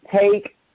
take